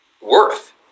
worth